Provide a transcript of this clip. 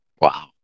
Wow